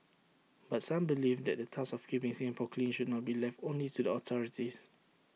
but some believe that the task of keeping Singapore clean should not be left only to the authorities